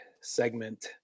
segment